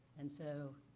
and so,